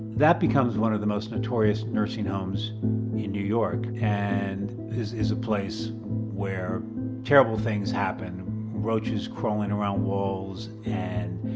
that becomes one of the most notorious nursing homes in new york and this is a place where terrible things happen roaches crawling around walls and